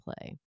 play